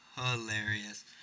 hilarious